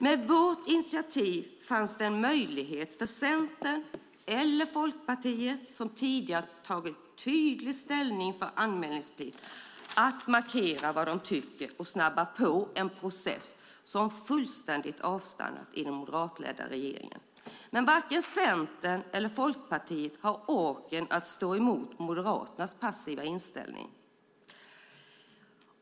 Med vårt initiativ fanns det en möjlighet för Centern eller Folkpartiet, som tidigare tydligt tagit ställning för anmälningsplikten, att markera vad de tycker och snabba på en process som fullständigt avstannat i den moderatledda regeringen. Men varken Centern eller Folkpartiet hade orken att stå emot Moderaternas passiva inställning.